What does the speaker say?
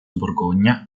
borgogna